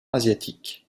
asiatique